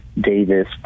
Davis